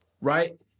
right